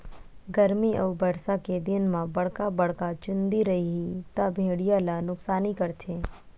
गरमी अउ बरसा के दिन म बड़का बड़का चूंदी रइही त भेड़िया ल नुकसानी करथे